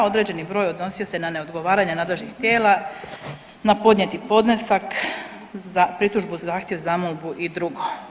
Određeni broj odnosio se na neodgovaranje nadležnih tijela na podnijeti podnesak za pritužbu, zahtjev, zamolbu i drugo.